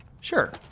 Sure